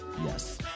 Yes